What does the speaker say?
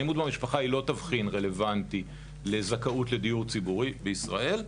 אלימות במשפחה היא לא תבחין רלוונטי לזכאות לדיור ציבורי בישראל.